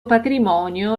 patrimonio